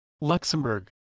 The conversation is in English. Luxembourg